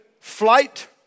Flight